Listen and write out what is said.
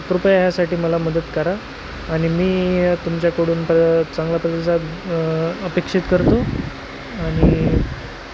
कृपया ह्यासाठी मला मदत करा आणि मी तुमच्याकडून प चांगला प्रतिसाद अपेक्षित करतो आणि